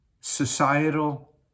societal